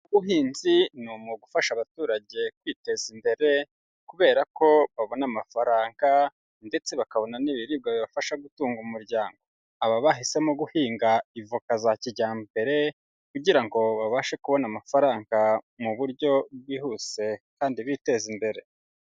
Ubuhinzi ni umwuga ufasha abaturage kwiteza imbere kubera ko babona amafaranga ndetse bakabona n'ibiribwa bibafasha gutunga umuryango, aba bahisemo guhinga ivoka za kijyambere kugira ngo babashe kubona amafaranga mu buryo bwihuse kandi biteza imbere.